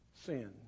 sin